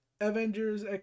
Avengers